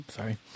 Sorry